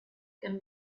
can